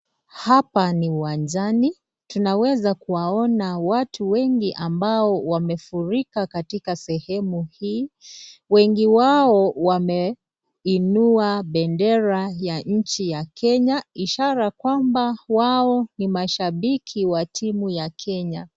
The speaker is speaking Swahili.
Hapa ni uwanjani ,tunaweza kuwaona watu wengi ambao wamefurika katika sehemu hii wengi wao wameinua bendera ya nchi ya Kenya ishara kwamba wao ni mashabiki wa timu ya Kenya.